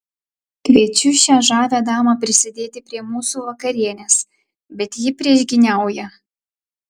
kviečiu šią žavią damą prisidėti prie mūsų vakarienės bet ji priešgyniauja